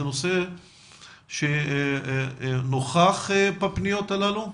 זה נושא שנוכח בפניות הללו?